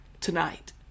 tonight